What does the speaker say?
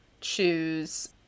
choose